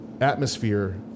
atmosphere